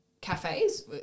cafes